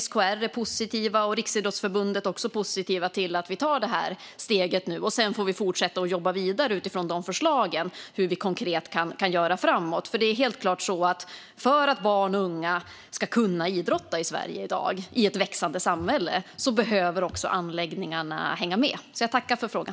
SKR och Riksidrottsförbundet är positiva till att vi tar det här steget. Sedan får vi fortsätta och jobba vidare utifrån förslagen på hur vi konkret kan göra framöver. Det är helt klart så att anläggningarna behöver hänga med för att barn och unga ska kunna idrotta i Sverige i dag, i ett växande samhälle. Jag tackar för frågan!